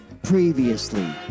Previously